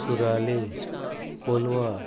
सुराले Colva